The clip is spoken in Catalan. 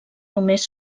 només